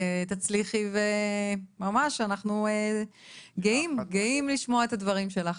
תצליחי וממש אנחנו גאים לשמוע את הדברים שלך.